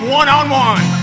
one-on-one